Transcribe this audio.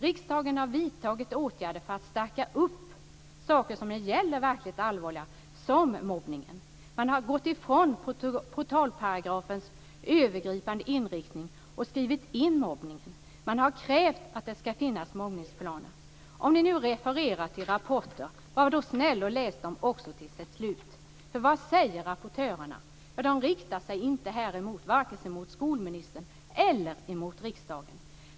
Riksdagen har vidtagit åtgärder för att strama upp saker som är verkligt allvarliga såsom mobbningen. Man har gått ifrån portalparagrafens övergripande inriktning och skrivit in detta med mobbning. Man har också krävt att det ska finnas mobbningsplaner. Om ni nu refererar till rapporter, var då snäll och läs dem också till slutet! Men vad säger rapportörena? Jo, de riktar sig varken till skolministern eller till riksdagen.